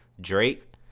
Drake